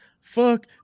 Fuck